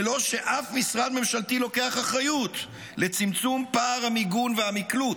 בלא שאף משרד ממשלתי לוקח אחריות על צמצום פער המיגון והמקלוט.